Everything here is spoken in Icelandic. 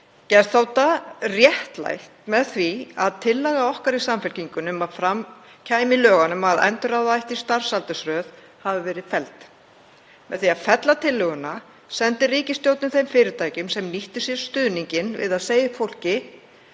geðþótta réttlætt með því að tillaga okkar í Samfylkingunni um að fram kæmi í lögunum að endurráða ætti í starfsaldursröð hafi verið felld. Með því að fella tillöguna sendi ríkisstjórnin þeim fyrirtækjum sem nýttu sér stuðninginn við að segja upp fólki